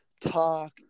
talk